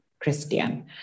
Christian